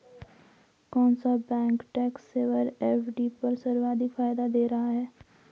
कौन सा bank tax saver FD पर सर्वाधिक फायदा दे रहा है?